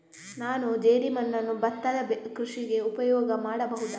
ನಾನು ಜೇಡಿಮಣ್ಣನ್ನು ಭತ್ತದ ಕೃಷಿಗೆ ಉಪಯೋಗ ಮಾಡಬಹುದಾ?